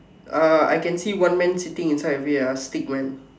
uh I can see one man sitting inside with uh stickman